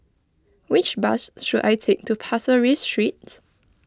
which bus should I take to Pasir Ris Street